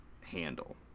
handle